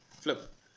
Flip